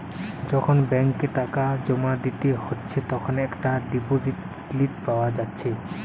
যখন ব্যাংকে টাকা জোমা দিয়া হচ্ছে তখন একটা ডিপোসিট স্লিপ পাওয়া যাচ্ছে